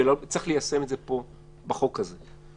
צריך ליישם פה בחוק הזה.